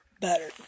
better